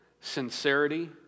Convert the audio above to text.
sincerity